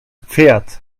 pferd